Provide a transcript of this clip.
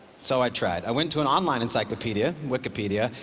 so i tried. i went to an online encyclopedia, wikipedia,